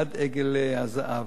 עד עגל הזהב.